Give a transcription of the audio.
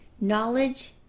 knowledge